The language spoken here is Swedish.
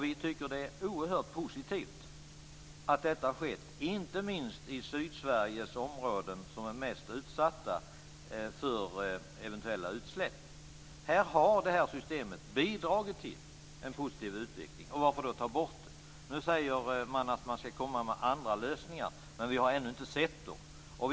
Vi tycker att det är oerhört positivt att detta har skett, inte minst i Sydsveriges områden, som är mest utsatta för eventuella utsläpp. Här har detta system bidragit till en positiv utveckling. Varför ska man då ta bort det? Nu säger man att man ska komma med andra lösningar, men vi har ännu inte sett dem.